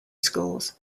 schools